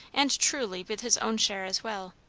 and truly with his own share as well.